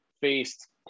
faced –